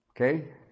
Okay